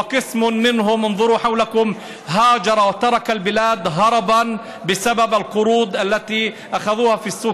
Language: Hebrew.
וחלקם ברחו מהארץ בגלל הלוואות שלקחו בשוק